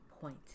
point